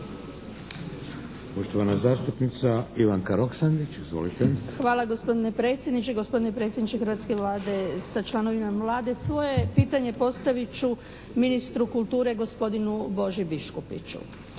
Hvala gospodine predsjedniče, gospodine predsjedniče hrvatske Vlade sa članovima Vlade. Svoje pitanje postavit ću ministru kulture gospodinu Boži Biškupiću.